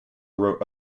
wrote